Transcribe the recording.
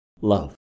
love